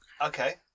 Okay